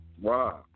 Wow